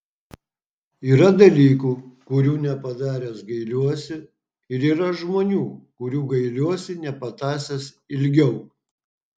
yra dalykų kurių nepadaręs gailiuosi ir yra žmonių kurių gailiuosi nepatąsęs ilgiau